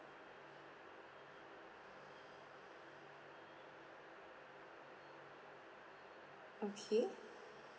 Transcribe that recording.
okay